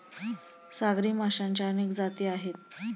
सागरी माशांच्या अनेक जाती आहेत